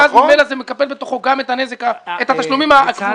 ואז ממילא זה מקפל בתוכו גם את התשלומים הקבועים,